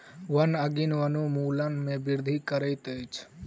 वन अग्नि वनोन्मूलन में वृद्धि करैत अछि